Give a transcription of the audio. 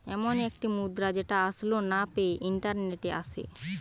এমন একটি মুদ্রা যেটা আসলে না পেয়ে ইন্টারনেটে আসে